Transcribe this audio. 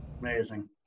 Amazing